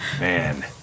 Man